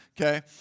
okay